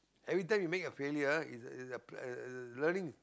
every time you make a failure it's a a uh learning